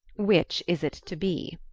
which is it to be?